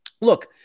look